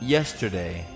Yesterday